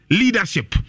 leadership